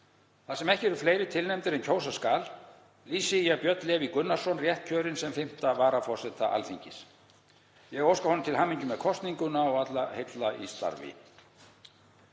Þar sem ekki eru fleiri tilnefndir en kjósa skal lýsi ég Björn Leví Gunnarsson rétt kjörinn sem 5. varaforseta Alþingis. Ég óska honum til hamingju með kosninguna og allra heilla í starfi.